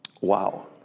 wow